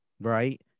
right